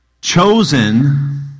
chosen